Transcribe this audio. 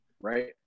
Right